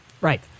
Right